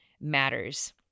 matters